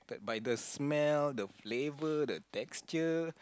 by the smell the flavour the texture